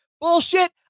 Bullshit